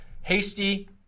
Hasty